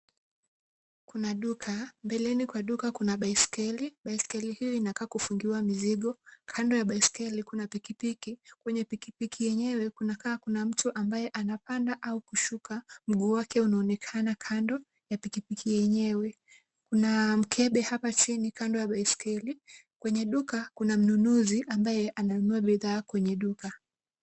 Kuna duka. Mbeleni kwa duka kuna baiskeli. Baiskeli hiyo inakaa kufungiwa mizigo. Kando ya baiskeli kuna pikipiki. Kwenye pikipiki yenyewe kunakaa kuna mtu ambaye anapanda au kushuka, mguu wake unaonekana kando ya pikipiki yenyewe. Kuna mkembe hapa chini kando ya baiskeli. Kwenye duka kuna mnunuzi ambaye ananunua bidhaa kwenye duka.